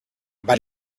but